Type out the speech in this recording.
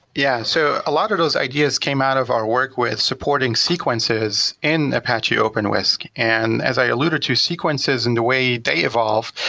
yeah, so a lot of those ideas came out of our work with supporting sequences in apache openwhisk and as i eluded to, sequences and the way they evolved,